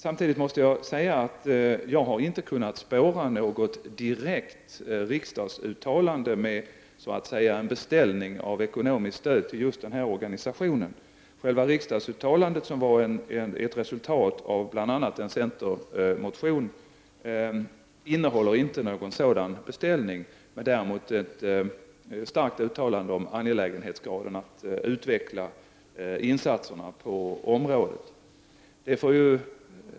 Samtidigt måste jag säga att jag inte har kunnat spåra något direkt riksdagsuttalande med så att säga en beställning av ekonomiskt stöd till just denna organisation. Själva riksdagsuttalandet, som var ett resultat av bl.a. en centermotion, innehåller inte någon sådan beställning, men däremot ett starkt uttalande om angelägenheten av att utveckla insatserna på detta område.